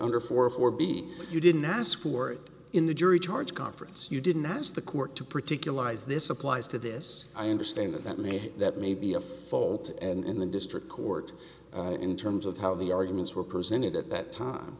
er four four beat you didn't ask for it in the jury charge conference you didn't ask the court to particularize this applies to this i understand that that may that may be a fault and in the district court in terms of how the arguments were presented at that time